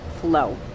flow